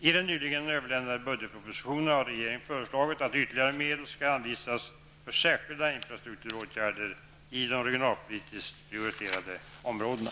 I den nyligen överlämnade budgetpropositionen har regeringen föreslagit att ytterligare medel skall anvisas för särskilda infrastrukturåtgärder i de regionalpolitiskt prioriterade områdena.